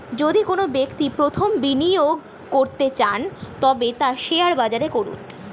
যদি কোনো ব্যক্তি প্রথম বিনিয়োগ করতে চান তবে তা শেয়ার বাজারে করুন